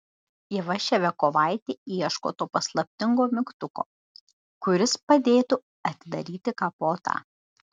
ieva ševiakovaitė ieško to paslaptingo mygtuko kuris padėtų atidaryti kapotą